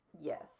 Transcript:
Yes